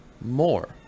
more